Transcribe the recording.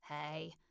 Hey